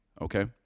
okay